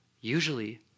Usually